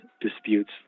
disputes